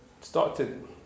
started